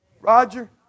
Roger